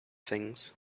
things